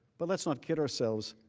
but let's not kid ourselves.